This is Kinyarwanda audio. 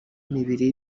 imibiri